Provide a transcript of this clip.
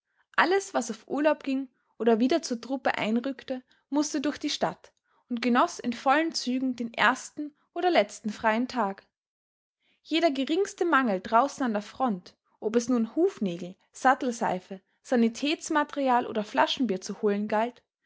alles was auf urlaub ging oder wieder zur truppe einrückte mußte durch die stadt und genoß in vollen zügen den ersten oder letzten freien tag jeder geringste mangel draußen an der front ob es nun hufnägel sattelseife sanitätsmaterial oder flaschenbier zu holen galt